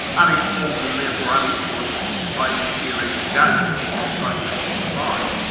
uninformed and therefore uninfluenced by any theoretical gains to be had by changing his mind,